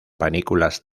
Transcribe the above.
panículas